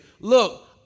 look